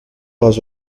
has